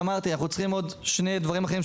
ואמרתי שאנחנו צריכים עוד שני דברים אחרים,